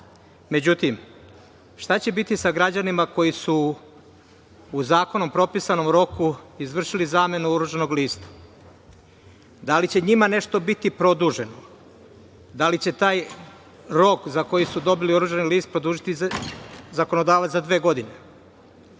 Međutim, šta će biti sa građanima koji su u zakonom propisanom roku izvršili zamenu oružanog lista, da li će njima nešto biti produženo, da li će taj rok za koji su dobili oružani list produžiti zakonodavac za dve godine,